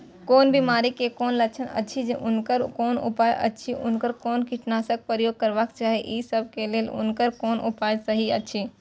कोन बिमारी के कोन लक्षण अछि उनकर कोन उपाय अछि उनकर कोन कीटनाशक प्रयोग करबाक चाही ई सब के लेल उनकर कोन उपाय सहि अछि?